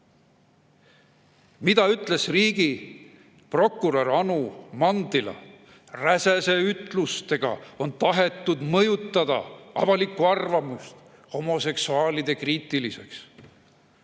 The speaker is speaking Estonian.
Mida ütles riigiprokurör Anu Mantila? Räsäse ütlustega on tahetud mõjutada avalikku arvamust homoseksuaalide kriitiliseks.